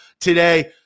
today